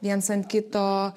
viens ant kito